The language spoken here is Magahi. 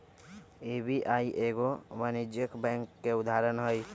एस.बी.आई एगो वाणिज्यिक बैंक के उदाहरण हइ